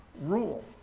rule